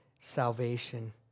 Salvation